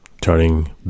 Turning